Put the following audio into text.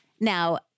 Now